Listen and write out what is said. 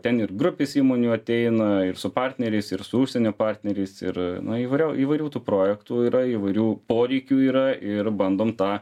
ten ir grupės įmonių ateina ir su partneriais ir su užsienio partneriais ir na įvariau įvairių tų projektų yra įvairių poreikių yra ir bandom tą